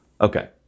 okay